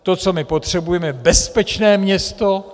To, co my potřebujeme, je bezpečné město.